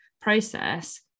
process